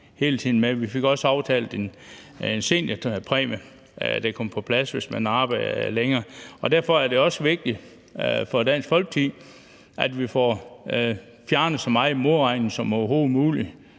Vi fik også aftalt en seniorpræmie, hvis man arbejder længere, og fik den på plads. Derfor er det også vigtigt for Dansk Folkeparti, at vi får fjernet så meget modregning som overhovedet muligt.